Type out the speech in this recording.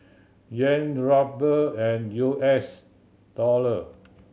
Yen Ruble and U S Dollor